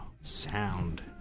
Sound